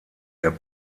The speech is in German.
der